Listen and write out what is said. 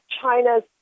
China's